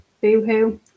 Boohoo